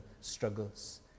struggles